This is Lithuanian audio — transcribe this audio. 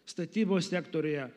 statybos sektoriuje